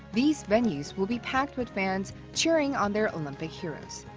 these venues will be packed with fans cheering on their olympic heroes.